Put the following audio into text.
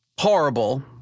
horrible